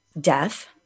death